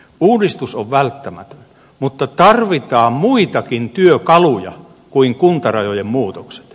uudistus on välttämätön mutta tarvitaan muitakin työkaluja kuin kuntarajojen muutokset